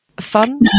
fun